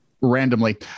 randomly